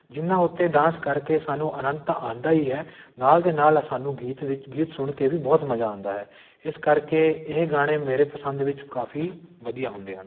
ਜਿਨ੍ਹਾਂ ਉੱਤੇ ਡਾਂਸ ਕਰਕੇ ਸਾਨੂੰ ਆਨੰਦ ਤਾਂ ਆਉਂਦਾ ਹੀ ਹੈ ਨਾਲ਼ ਦੇ ਨਾਲ਼ ਸਾਨੂੰ ਗੀਤ ਵਿੱਚ ਗੀਤ ਸੁਣ ਕੇ ਵੀ ਬਹੁਤ ਮਜ਼ਾ ਆਉਂਦਾ ਹੈ ਇਸ ਕਰਕੇ ਇਹ ਗਾਣੇ ਮੇਰੇ ਪਸੰਦ ਵਿੱਚ ਕਾਫ਼ੀ ਵਧੀਆ ਹੁੰਦੇ ਹਨ